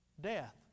Death